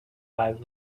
five